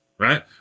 Right